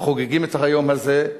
חוגגים את היום הזה.